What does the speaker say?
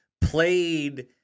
played